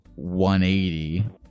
180